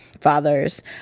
fathers